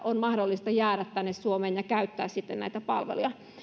on mahdollista jäädä tänne suomeen ja käyttää sitten näitä palveluja